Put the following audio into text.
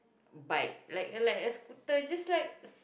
bike like like a scooter just like